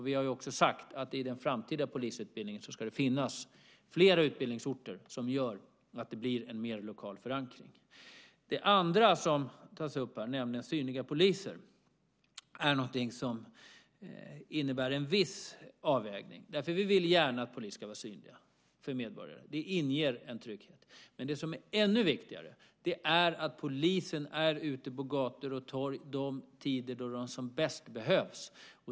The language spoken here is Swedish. Vi har också sagt att det i den framtida polisutbildningen ska finnas fler utbildningsorter som gör att det blir en lokal förankring. Det andra som tas upp här, nämligen synliga poliser, är någonting som innebär en viss avvägning. Vi vill gärna att poliser ska vara synliga för medborgarna. Det inger en trygghet. Men det som är ännu viktigare är att polisen är ute på gator och torg de tider de som bäst behövs.